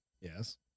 yes